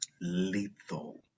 lethal